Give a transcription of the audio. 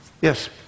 Yes